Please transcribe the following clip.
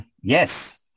yes